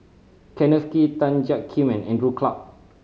Kenneth Kee Tan Jiak Kim and Andrew Clarke